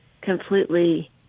completely